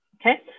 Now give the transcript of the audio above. Okay